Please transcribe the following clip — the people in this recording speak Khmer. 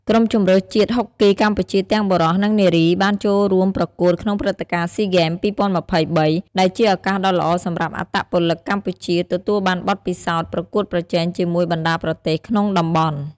ក្រុមជម្រើសជាតិហុកគីកម្ពុជាទាំងបុរស និងនារី បានចូលរួមប្រកួតក្នុងព្រឹត្តិការណ៍ស៊ីហ្គេម ២០២៣ ដែលជាឱកាសដ៏ល្អសម្រាប់អត្តពលិកកម្ពុជាទទួលបានបទពិសោធន៍ប្រកួតប្រជែងជាមួយបណ្ដាប្រទេសក្នុងតំបន់។